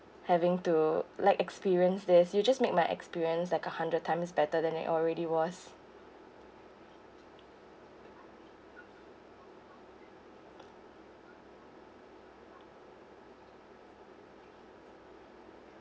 having to like experience this you just make my experience like a hundred times better than it already was